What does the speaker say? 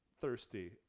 thirsty